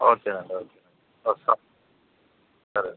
okay అండి okay వస్తాము సరే